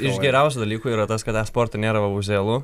iš geriausių dalykų yra tas kad esportai nėra realu